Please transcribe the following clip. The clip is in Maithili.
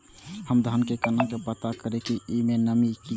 हम धान के केना पता करिए की ई में नमी छे की ने?